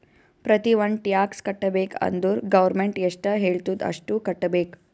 ಪ್ರತಿ ಒಂದ್ ಟ್ಯಾಕ್ಸ್ ಕಟ್ಟಬೇಕ್ ಅಂದುರ್ ಗೌರ್ಮೆಂಟ್ ಎಷ್ಟ ಹೆಳ್ತುದ್ ಅಷ್ಟು ಕಟ್ಟಬೇಕ್